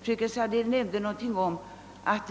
Fröken Sandell nämnde att